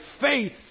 faith